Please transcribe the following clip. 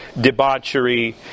debauchery